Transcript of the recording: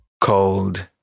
called